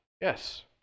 Yes